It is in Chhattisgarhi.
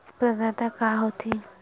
प्रदाता का हो थे?